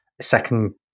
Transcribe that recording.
second